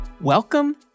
Welcome